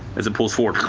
as it pulls forward.